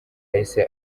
yahise